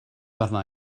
arna